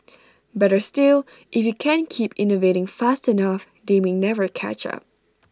better still if you can keep innovating fast enough they may never catch up